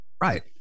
right